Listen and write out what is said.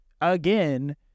again